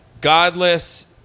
godless